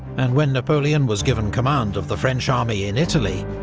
and when napoleon was given command of the french army in italy,